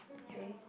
okay